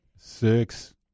Six